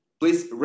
please